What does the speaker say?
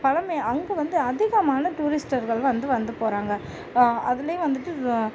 பழமையான அங்கே வந்து அதிகமான டூரிஸ்ட்டர்கள் வந்து வந்து போகிறாங்க அதிலியும் வந்துட்டு